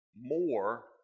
more